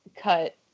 cut